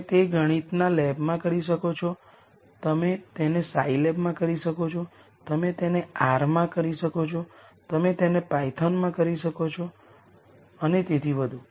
તમે તે ગણિતના લેબમાં કરી શકો છો તમે તેને સાઈલેબમાં કરી શકો છો તમે તેને આરમાં કરી શકો છો તમે તેને પાયથોનમાં કરી શકો છો અને તેથી વધુ